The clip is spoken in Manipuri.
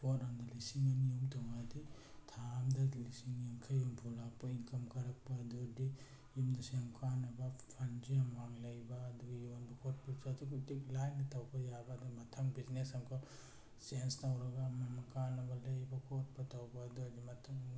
ꯄꯣꯠ ꯑꯝꯗ ꯂꯤꯁꯤꯡ ꯑꯅꯤ ꯑꯍꯨꯝ ꯇꯣꯡꯉꯛꯑꯗꯤ ꯊꯥ ꯑꯝꯗ ꯂꯤꯁꯤꯡ ꯌꯥꯡꯈꯩ ꯍꯨꯝꯐꯨ ꯂꯥꯛꯄ ꯏꯟꯀꯝ ꯀꯥꯔꯛꯄ ꯑꯗꯨꯑꯣꯏꯔꯗꯤ ꯌꯨꯝꯗꯁꯨ ꯌꯥꯝ ꯀꯥꯟꯅꯕ ꯐꯟꯁꯨ ꯌꯥꯝ ꯋꯥꯡꯅ ꯂꯩꯕ ꯑꯗꯨꯒ ꯌꯣꯟꯕ ꯈꯣꯠꯄꯁꯨ ꯑꯗꯨꯛꯀꯤ ꯃꯇꯤꯛ ꯂꯥꯏꯅ ꯇꯧꯕ ꯌꯥꯕ ꯑꯗꯨꯝ ꯃꯊꯪ ꯕꯤꯖꯤꯅꯦꯁ ꯑꯃꯨꯀ ꯆꯦꯟꯖ ꯇꯧꯔꯒ ꯑꯃꯑꯃ ꯀꯥꯟꯅꯕ ꯂꯩꯕ ꯈꯣꯠꯄ ꯇꯧꯕ ꯑꯗꯨꯑꯣꯏꯔꯗꯤ ꯃꯊꯪ